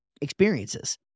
experiences